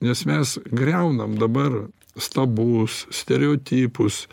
nes mes griaunam dabar stabus stereotipus